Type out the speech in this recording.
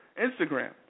Instagram